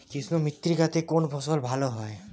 কৃষ্ণ মৃত্তিকা তে কোন ফসল ভালো হয়?